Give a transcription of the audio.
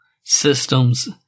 systems